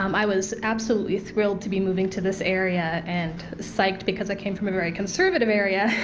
um i was absolutely thrilled to be moving to this area, and psyched because i came from a very conservative area,